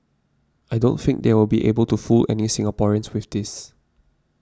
I don't think they will be able to fool any Singaporeans with this